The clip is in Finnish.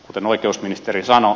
kuten oikeusministeri sanoi